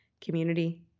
community